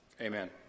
Amen